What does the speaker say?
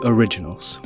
Originals